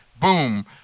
boom